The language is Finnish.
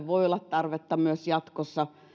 voi olla tarvetta myös jatkossa